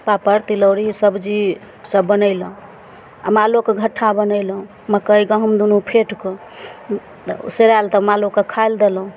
पापड़ तिलौड़ी सब्जी सब बनेलहुॅं आ मालोके घट्ठा बनेलहुॅं मकइ गहूॅंम दुनू फेँट कऽ सेराएल तऽ मालोके खाइ लए देलहुॅं